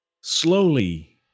Slowly